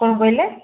କ'ଣ କହିଲେ